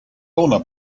owner